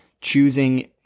choosing